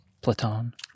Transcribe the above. Platon